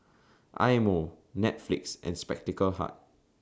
Eye Mo Netflix and Spectacle Hut